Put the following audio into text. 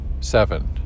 seven